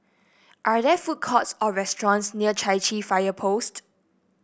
are there food courts or restaurants near Chai Chee Fire Post